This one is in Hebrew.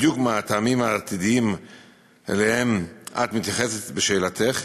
בדיוק מהטעמים העתידיים שאליהם את מתייחסת בשאלתך,